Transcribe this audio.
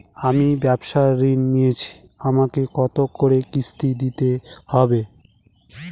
আমি ব্যবসার ঋণ নিয়েছি আমাকে কত করে কিস্তি দিতে হবে?